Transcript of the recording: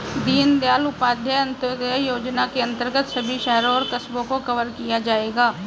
दीनदयाल उपाध्याय अंत्योदय योजना के अंतर्गत सभी शहरों और कस्बों को कवर किया जाएगा